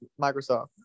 Microsoft